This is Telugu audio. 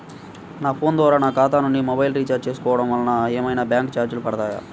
నా ఫోన్ ద్వారా నా ఖాతా నుండి మొబైల్ రీఛార్జ్ చేసుకోవటం వలన ఏమైనా బ్యాంకు చార్జెస్ పడతాయా?